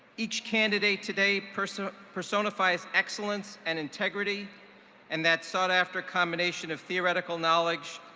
each candidate today personi personifies excellence and integrity and that sought-after combination of theoretical knowledge,